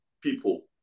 people